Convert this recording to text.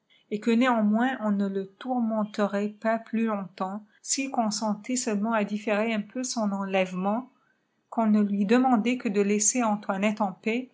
et humaiiiiss m que néanmoins on ne le tourmenterait pas plus longteoapfuilcppntait seulement à différer un peu son enlèvement qu'on ne lui demandait que de laisser antoinette en